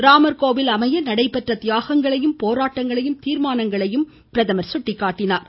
ராமர்கோவில் அமைய நடைபெற்ற தியாகங்களையும் போராட்டங்களும் தீர்மானங்களையும் அவர் சுட்டிக்காட்டினார்